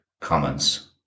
comments